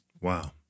Wow